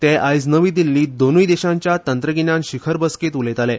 ते आयज नवी दिल्लीत दोनूय देशांच्या तंत्रगिन्यान शिखर बसकेत उलयताले